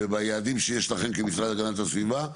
וביעדים שיש לכם כמשרד הגנת הסביבה,